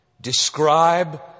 describe